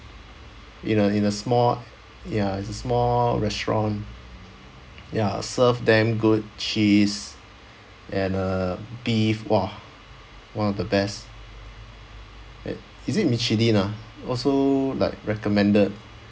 in a in a small ya it's a small restaurant ya serve damn good cheese and uh beef !wah! one of the best is it michelin ah also like recommended